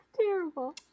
terrible